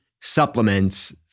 supplements